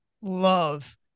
love